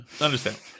Understand